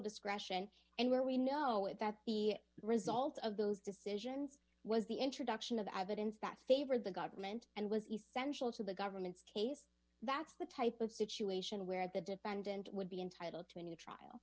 discretion and where we know it that the result of those decisions was the introduction of evidence that favored the government and was essential to the government's case that's the type of situation where the defendant would be entitled to a new trial